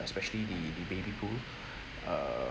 especially the the baby pool err